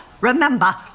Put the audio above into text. Remember